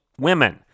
women